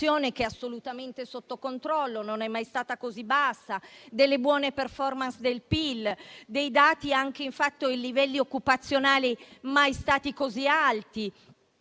che è assolutamente sotto controllo e non è mai stata così bassa, delle buone *performance* del PIL, dei livelli occupazionali mai così alti.